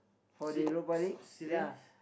for the robotic ya